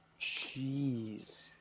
Jeez